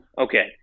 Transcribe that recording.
Okay